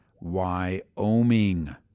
Wyoming